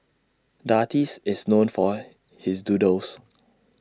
the artist is known for his doodles